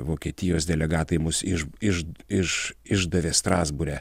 vokietijos delegatai mus iš iš iš išdavė strasbūre